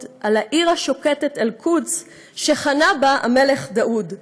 / על העיר השוקטת אל-קודס / שחנה בה המלך דאוד.